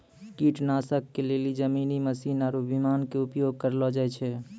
कीटनाशक के लेली जमीनी मशीन आरु विमान के उपयोग कयलो जाय छै